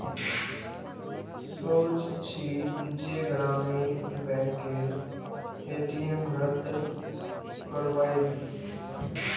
सोच छि जे ग्रामीण बैंकेर ए.टी.एम रद्द करवइ दी